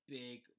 big